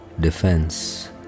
defense